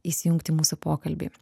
įsijungti mūsų pokalbį